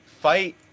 fight